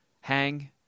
hang